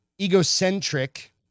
Egocentric